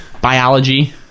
biology